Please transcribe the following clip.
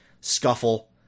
scuffle